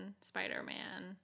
spider-man